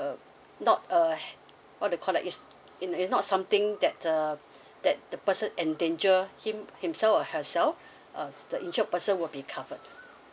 uh not a what to call that is is not something that uh that the person endanger him himself or herself uh the insured person will be covered